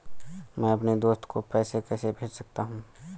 मैं अपने दोस्त को पैसे कैसे भेज सकता हूँ?